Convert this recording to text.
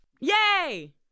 Yay